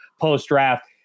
post-draft